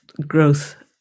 growth